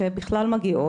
כשהן בכלל מגיעות,